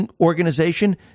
organization